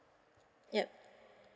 yup